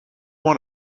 one